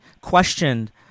questioned